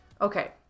Okay